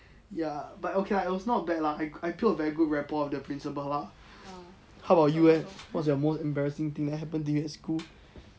ya but okay lah it was not very bad lah I I build a very good repo of the priciple lah how about you eh what's your most embarrassing thing that happen to you at school